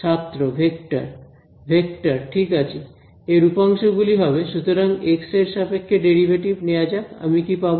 ছাত্র vector vector ঠিক আছে এর উপাংশ গুলি হবে সুতরাং এক্স এর সাপেক্ষে ডেরিভেটিভ নেওয়া যাক আমি কি পাবো